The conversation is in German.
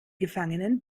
gefangenen